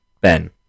Ben